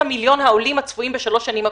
מיליון העולים הצפויים בשלוש השנים הקרובות.